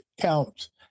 counts